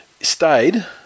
Stayed